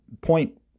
Point